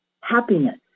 happiness